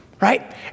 right